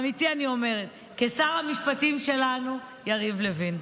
אמיתי אני אומרת, כשר המשפטים שלנו יריב לוין.